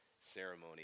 ceremony